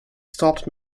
stopped